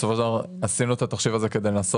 בסופו של דבר עשינו את התחשיב הזה כדי לנסות